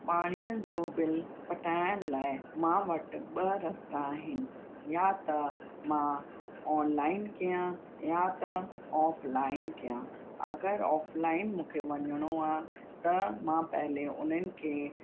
पाणीअ जो बिल पटाइण लाइ मां वटि ॿ रस्ता आहिनि या त मां ऑनलाइन कयां या त ऑफलाइन कया अगरि ऑफलाइन मूंखे वञिणो आहे त मां पहले उन्हनि खे